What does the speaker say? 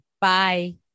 Bye